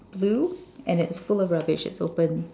blue and it's full of rubbish it's open